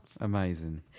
Amazing